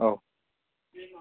औ